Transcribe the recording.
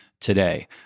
today